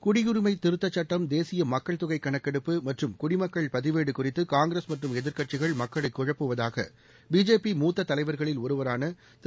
குடியரிமை திருத்தச் சட்டம் தேசிய மக்கள் தொகை கணக்கெடுப்பு மற்றும் குடிமக்கள் பதிவேடு குறித்து காங்கிரஸ் மற்றும் எதிர்க்கட்சிகள் மக்களை குழப்புவதாக பிஜேபி மூத்த தலைவர்களில் ஒருவரான திரு